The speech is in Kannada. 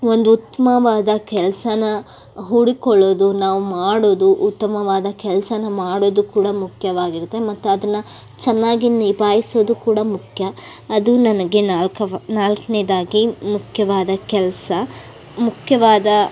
ಒಂದು ಉತ್ತಮವಾದ ಕೆಲಸನ ಹುಡುಕ್ಕೊಳ್ಳೋದು ನಾವು ಮಾಡೋದು ಉತ್ತಮವಾದ ಕೆಲಸನ ಮಾಡೋದು ಕೂಡ ಮುಖ್ಯವಾಗಿರುತ್ತೆ ಮತ್ತು ಅದನ್ನು ಚೆನ್ನಾಗಿ ನಿಭಾಯಿಸೋದು ಕೂಡ ಮುಖ್ಯ ಅದು ನನಗೆ ನಾಲ್ಕು ನಾಲ್ಕನೇದಾಗಿ ಮುಖ್ಯವಾದ ಕೆಲಸ ಮುಖ್ಯವಾದ